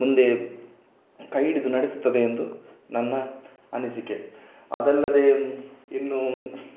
ಮುಂದೆ ಕೈ ಹಿಡಿದು ನಡೆಸುತ್ತದೆ ಎಂದು ನನ್ನ ಅನಿಸಿಕೆ ಅದಲ್ಲದೆ ಇನ್ನೂ